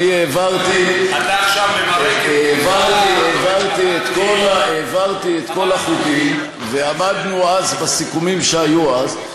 אני העברתי את כל החוקים ועמדנו אז בסיכומים שהיו אז.